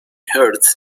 heard